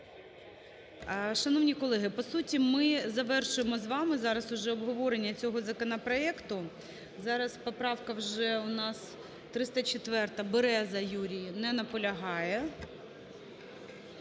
Шановні колеги, по суті, ми завершуємо з вами зараз уже обговорення цього законопроекту. Зараз поправка вже у нас 304. Береза Юрій не полягає.